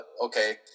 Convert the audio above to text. okay